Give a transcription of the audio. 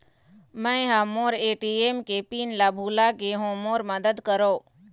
मै ह मोर ए.टी.एम के पिन ला भुला गे हों मोर मदद करौ